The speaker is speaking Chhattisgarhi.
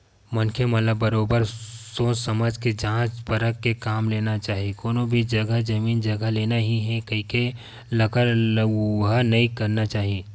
मनखे मन ल बरोबर सोझ समझ के जाँच परख के काम ल लेना चाही कोनो भी जघा जमीन जघा लेना ही हे कहिके लकर लउहा नइ करना चाही